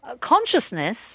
Consciousness